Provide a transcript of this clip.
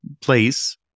place